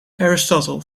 aristotle